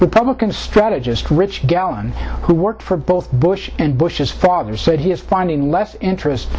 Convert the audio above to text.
republican strategist rich galen who worked for both bush and bush's father said he is finding less interest